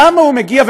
למה הוא מגיע,